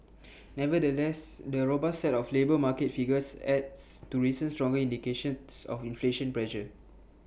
nevertheless the robust set of labour market figures adds to recent stronger indicators of inflation pressure